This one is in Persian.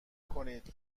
کنید